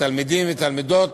תלמידים ותלמידות,